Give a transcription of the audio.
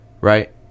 Right